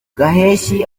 gaheshyi